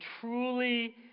truly